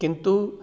किन्तु